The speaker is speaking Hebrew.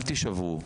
אל תשברו.